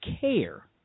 care